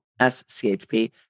SCHP